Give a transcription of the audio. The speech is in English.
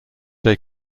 they